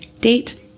date